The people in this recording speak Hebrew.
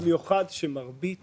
מרבית